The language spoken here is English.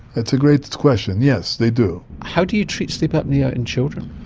that's a great question, yes, they do. how do you treat sleep apnoea in children?